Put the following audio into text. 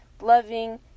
loving